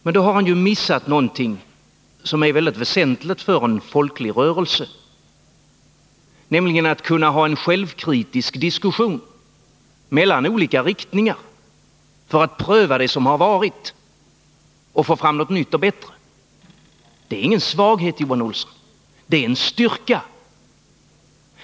Men då har han ju missat någonting som är mycket väsentligt för en folklig rörelse, nämligen att kunna ha en självkritisk diskussion mellan olika riktningar för att pröva det som har varit och få fram något nytt och bättre. Det är ingen svaghet, Johan Olsson, det är en styrka.